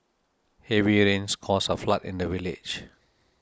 heavy rains caused a flood in the village